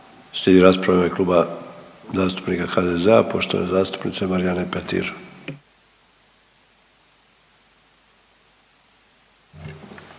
Slijedi rasprava u ime Kluba zastupnika HDZ-a poštovane zastupnice Marijane Petir.